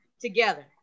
together